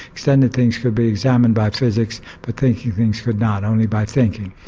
extended things could be examined by physics but thinking things could not, only by thinking.